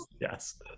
yes